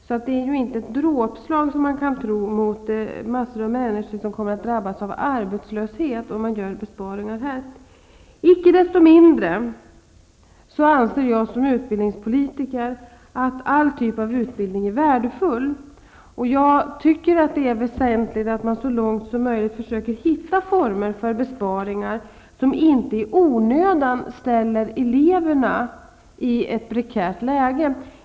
Det är alltså inte fråga om ett dråpslag mot en hel del människor, vilket man skulle kunna tro, som drabbas av arbetslöshet i och med besparingar på det här området. Icke desto mindre anser jag som utbildningspolitiker att all typ av utbildning är värdefull. Det är väsentligt att man så långt som möjligt försöker finna former för besparingar som inte i onödan försätter eleverna i en prekär situation.